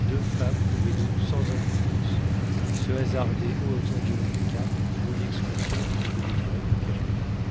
deux femmes pouvaient donc sans imprudence se hasarder aux environs du cap pour une excursion qui ne devait durer que quelques heures